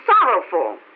sorrowful